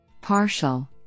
Partial